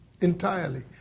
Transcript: entirely